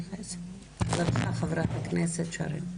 בבקשה, חברת הכנסת שרון.